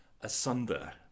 asunder